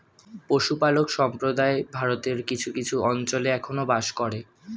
পশুপালক সম্প্রদায় ভারতের কিছু কিছু অঞ্চলে এখনো বাস করে